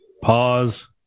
Pause